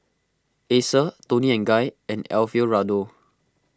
Acer Toni and Guy and Alfio Raldo